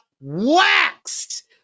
waxed